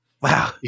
Wow